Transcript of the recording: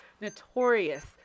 notorious